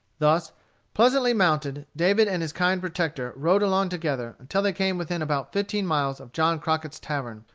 thus pleasantly mounted, david and his kind protector rode along together until they came within about fifteen miles of john crockett's tavern,